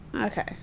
Okay